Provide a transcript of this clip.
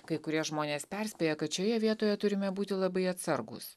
kai kurie žmonės perspėja kad šioje vietoje turime būti labai atsargūs